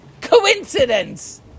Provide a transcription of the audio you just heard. coincidence